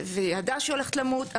היא ידעה שהיא הולכת למות.